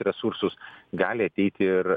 resursus gali ateiti ir